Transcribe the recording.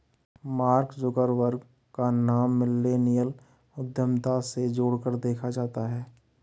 mark Zuckerberg का नाम millennial उद्यमिता से जोड़कर देखा जाता है